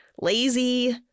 lazy